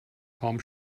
kaum